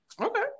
Okay